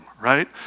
Right